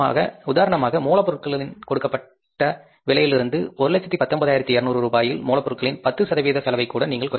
உதாரணமாக மூலப்பொருளின் கொடுக்கப்பட்ட விலையிலிருந்து 119200 ரூபாயில் மூலப்பொருளின் 10 சதவிகித செலவைக் கூட நீங்கள் குறைக்க முடியும்